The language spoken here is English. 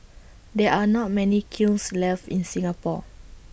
there are not many kilns left in Singapore